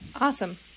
awesome